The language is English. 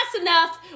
enough